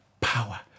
power